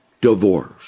divorce